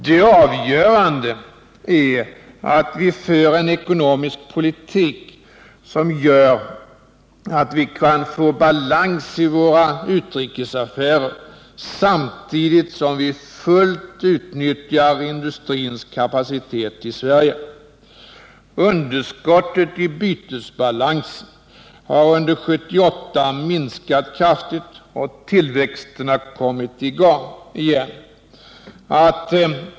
Det avgörande är att vi för en ekonomisk politik som gör att vi kan få balans i våra utrikesaffärer samtidigt som vi fullt utnyttjar industrins kapacitet i Sverige. Underskottet i bytesbalansen har under 1978 minskat kraftigt och tillväxten har kommit i gångigen.